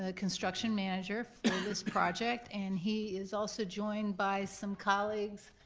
ah construction manager for this project, and he is also joined by some colleagues,